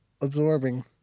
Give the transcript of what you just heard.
absorbing